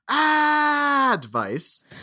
advice